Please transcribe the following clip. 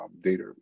data